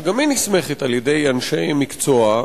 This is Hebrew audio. שגם היא נסמכת על אנשי מקצוע,